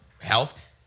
health